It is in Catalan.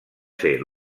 ser